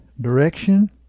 direction